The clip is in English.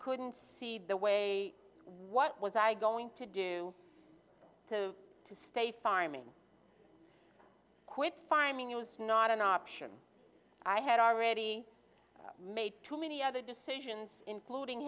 couldn't see the way what was i going to do to to stay fireman quit finding it was not an option i had already made too many other decisions including